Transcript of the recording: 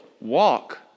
walk